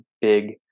big